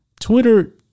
Twitter